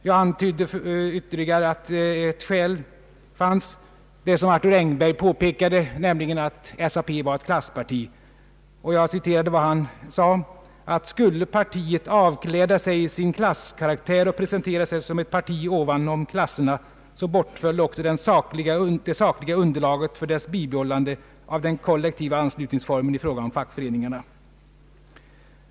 Jag antydde ytterligare ett skäl — samma skäl som Arthur Engberg en gång anförde — nämligen att SAP var ett klassparti. Jag citerade vad han sagt, nämligen att om partiet skulle avkläda sig sin klasskaraktär och presentera sig som ett parti ovanom klasserna bortföll också det sakliga underlaget för dess bibehållande av den kollektiva anslutningsformen i fråga om fackföreningarna.